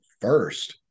first